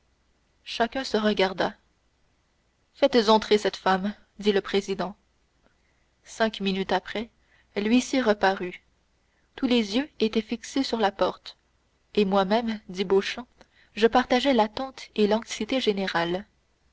chacun se regarda faites entrer cette femme dit le président cinq minutes après l'huissier reparut tous les yeux étaient fixés sur la porte et moi-même dit beauchamp je partageais l'attente et l'anxiété générales